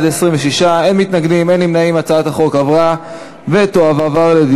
ההצעה להעביר את הצעת חוק הגנת הצרכן (תיקון מס' 39)